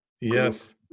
Yes